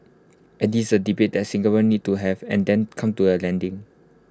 and this is A debate that Singaporeans need to have and then come to A landing